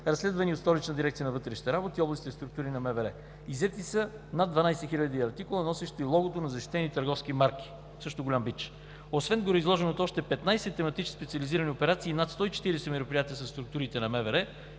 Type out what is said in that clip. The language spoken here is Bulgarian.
разследвани от Столична дирекция на вътрешните работи и областните структури на МВР. Иззети са над 12 хиляди артикула, носещи логото на защитени търговски марки – също голям бич. Освен гореизложеното, още 15 тематични специализирани операции и над 140 мероприятия със структурите на МВР